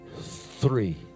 three